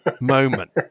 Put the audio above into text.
moment